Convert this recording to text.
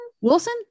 Wilson